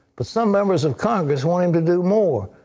but some members of congress want um to do more.